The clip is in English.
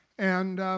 and